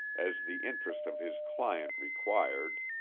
as the interest of his client required,